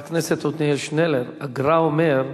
חבר הכנסת עתניאל שנלר, הגר"א אומר: